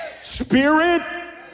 Spirit